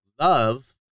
Love